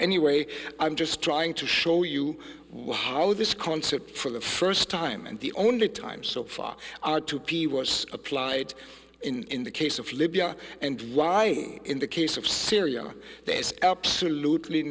anyway i'm just trying to show you how this concept for the first time and the only time so far are two p was applied in the case of libya and lying in the case of syria there is absolutely